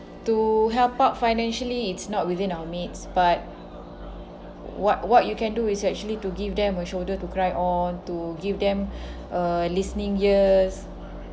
to help out financially it's not within our means but what what you can do is actually to give them a shoulder to cry on to give them uh listening ears